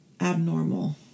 abnormal